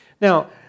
Now